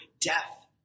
death